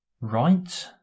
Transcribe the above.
right